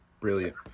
Brilliant